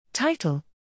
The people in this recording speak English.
Title